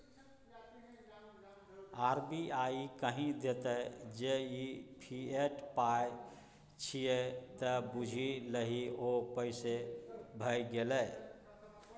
RBI कहि देतौ जे ई फिएट पाय छियै त बुझि लही ओ पैसे भए गेलै